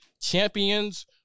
Champions